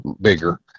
bigger